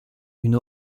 une